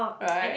right